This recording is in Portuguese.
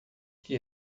que